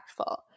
impactful